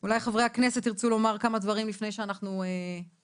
אולי חברי הכנסת ירצו לומר כמה דברים לפני שאנחנו מתחילים.